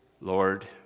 Lord